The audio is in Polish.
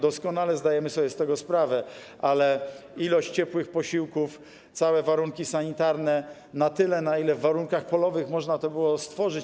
Doskonale zdajemy sobie z tego sprawę, ale ilość ciepłych posiłków, całe warunki sanitarne, na tyle, na ile w warunkach polowych można to było stworzyć.